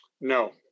No